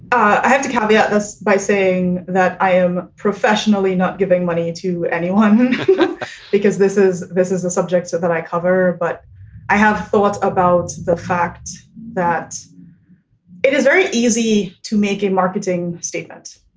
i have to caveat this by saying that i am professionally not giving money to anyone because this is this is a subject so that i cover. but i have thought about the fact that it is very easy to make a marketing statement.